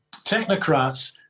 technocrats